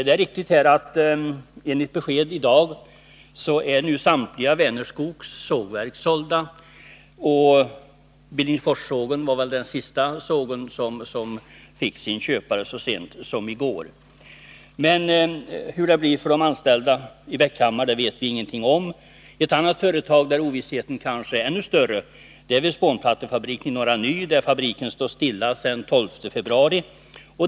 Det är riktigt att, enligt besked i dag, samtliga Vänerskogs sågverk nu är sålda. Billingsforssågen var den sista såg som fick sin köpare, så sent som i går. Men hur det blir för de anställda i Bäckhammar vet vi ingenting om. Ett annat företag, där ovissheten kanske är ännu större, är spånplattefabriken i Norra Ny, där fabriken har stått stilla sedan den 12 februari.